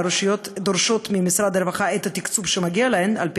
והרשויות דורשות ממשרד הרווחה את התקציב שמגיע להן על-פי